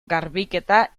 garbiketa